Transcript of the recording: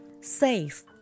Safe